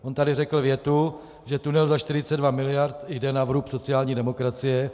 On tady řekl větu, že tunel za 42 mld. jde na vrub sociální demokracie.